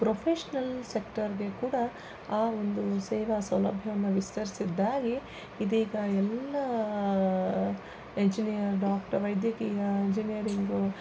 professional ಸೆಕ್ಟರ್ಗೆ ಕೂಡ ಆ ಒಂದು ಸೇವಾ ಸೌಲಭ್ಯವನ್ನು ವಿಸ್ತರಿಸಿದ್ದಾಗಿ ಇದೀಗ ಎಲ್ಲ ಇಂಜಿನಿಯರ್ ಡಾಕ್ಟರ್ ವೈದ್ಯಕೀಯ ಇಂಜಿನಿಯರಿಂಗು